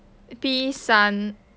b 三